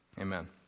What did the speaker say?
Amen